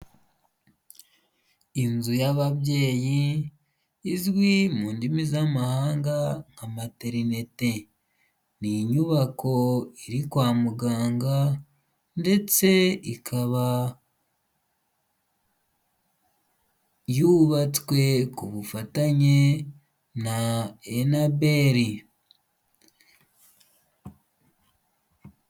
Inzu y'ababyeyi izwi mu ndimi z'amahanga nka materinete, ni inyubako iri kwa muganga ndetse ikaba yubatswe ku bufatanye enaberi.